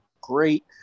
great